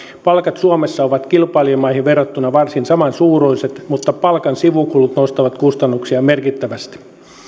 palkat suomessa ovat kilpailijamaihin verrattuna varsin samansuuruiset mutta palkan sivukulut nostavat kustannuksia merkittävästi